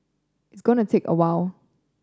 it's going take a while